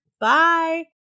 Bye